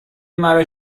مرا